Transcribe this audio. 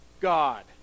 God